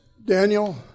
Daniel